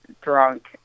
drunk